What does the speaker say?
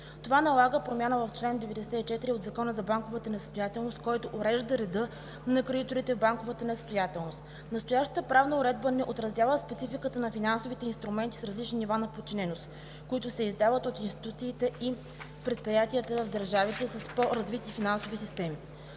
Това налага промяна в чл. 94 от Закона за банковата несъстоятелност, който урежда реда на кредиторите в банковата несъстоятелност. Настоящата правна уредба не отразява спецификата на финансовите инструменти с различни нива на подчиненост, които се издават от институциите и предприятията в държавите с по-развити финансови системи.